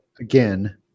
again